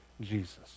Jesus